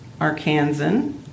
Arkansan